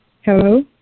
Hello